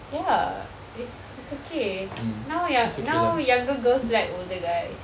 ya it's it's okay now you~ now younger girls like older guys